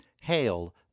Hail